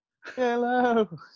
Hello